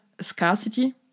scarcity